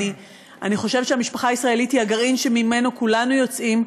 אני חושבת שהמשפחה הישראלית היא הגרעין שממנו כולנו יוצאים,